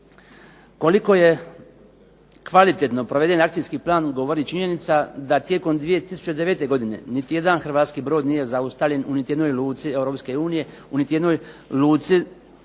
Koliko je kvalitetno proveden akcijski plan govori činjenica da tijekom 2009. godine niti jedan hrvatski brod nije zaustavljen u niti jednoj luci